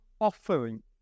offering